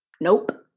Nope